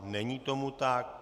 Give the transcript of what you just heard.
Není tomu tak.